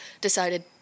decided